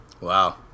Wow